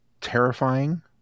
terrifying